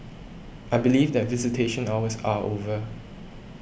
I believe that visitation hours are over